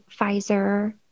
Pfizer